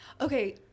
okay